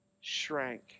shrank